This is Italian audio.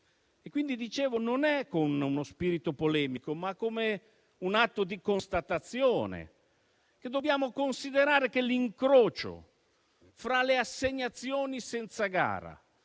è quindi con spirito polemico, ma con atto di constatazione, che dobbiamo considerare che l'incrocio fra le assegnazioni senza gara,